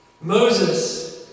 Moses